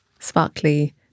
Sparkly